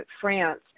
France